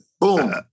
Boom